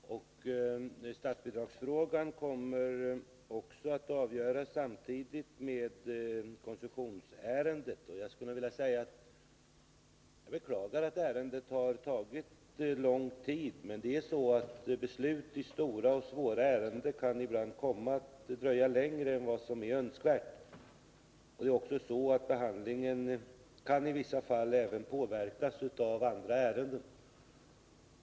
Herr talman! Svaret på den sista frågan är ja. Statsbidragsfrågan kommer att avgöras samtidigt med koncessionsärendet. Jag beklagar att ärendet har tagit lång tid, men det är så att beslut i stora och svåra ärenden ibland kan komma att ta längre tid än som är önskvärt. Behandlingen kan i vissa fall också påverkas av andra ärenden.